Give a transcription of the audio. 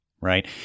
Right